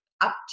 up